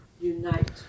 Unite